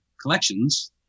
collections